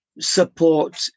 support